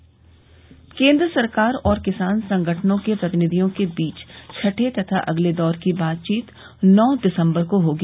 लखनऊ समाचार केन्द्र सरकार और किसान संगठनों के प्रतिनिधियों के बीच छठे तथा अगले दौर की बातचीत नौ दिसम्बर को होगी